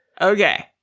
Okay